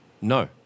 No